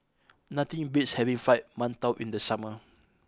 nothing beats having Fried Mantou in the summer